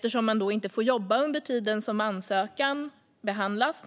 Eftersom man inte får jobba när man är i utlandet under den tid då ansökan behandlas